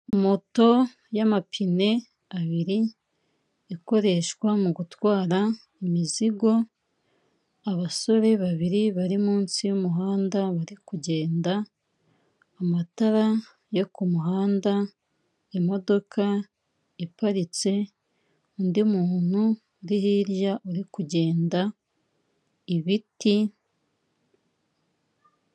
Moto y'amapine abiri, ikoreshwa mu gutwara imizigo, abasore babiri bari munsi y'umuhanda bari kugenda, amatara yo ku muhanda, imodoka iparitse, undi muntu uri hirya uri kugenda, ibiti.